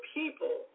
people